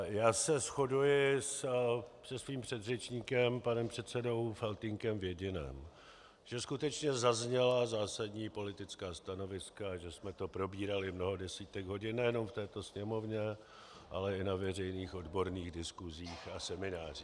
Já se shoduji se svým předřečníkem panem předsedou Faltýnkem v jediném že skutečně zazněla zásadní politická stanoviska a že jsme to probírali mnoho desítek hodin, nejenom v této Sněmovně, ale i na veřejných, odborných diskusích a seminářích.